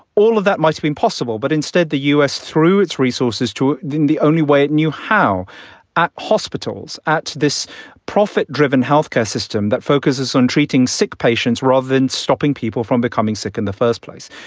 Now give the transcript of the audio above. all of that might have been possible, but instead the us, through its resources to the only way it knew how hospitals at this profit driven health care system that focuses on treating sick patients rather than stopping people from becoming sick in the first place.